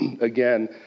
again